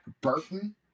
Burton